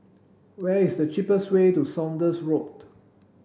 where is the cheapest way to Saunders Road